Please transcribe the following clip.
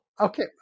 Okay